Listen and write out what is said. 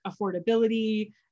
affordability